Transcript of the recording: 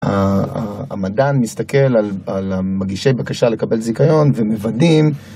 ה.. המדען מסתכל על מגישי בקשה לקבל זיכיון ומוודאים.